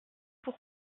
pour